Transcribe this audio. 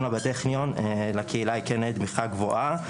לה בטכניון לקהילה היא כן תמיכה גבוהה.